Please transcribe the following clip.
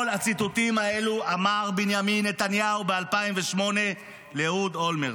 את כל הציטוטים האלו אמר בנימין נתניהו ב-2008 לאהוד אולמרט.